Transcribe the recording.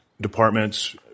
departments